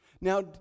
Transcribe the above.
now